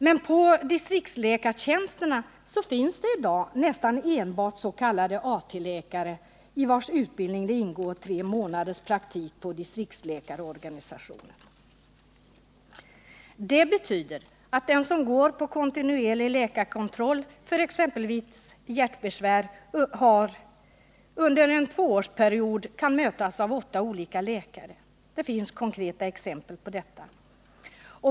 Men på distriktsläkartjänsterna finns i dag nästan enbart s.k. AT-läkare, i vilkas utbildning ingår tre månaders praktik på distriktsorganisationen. Det betyder att den som går på kontinuerlig läkarkontroll för exempelvis hjärtbesvär under en tvåårsperiod kan mötas av åtta olika läkare. Det finns konkreta exempel på detta.